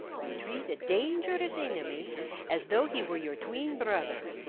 you treat a dangerous enemy as though he were your tween-brother.